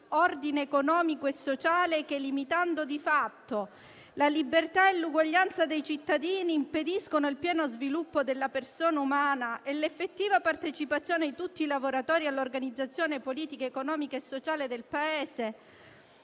ordine economico e sociale, che, limitando di fatto la libertà e l'eguaglianza dei cittadini, impediscono il pieno sviluppo della persona umana e l'effettiva partecipazione di tutti i lavoratori all'organizzazione politica, economica e sociale del Paese».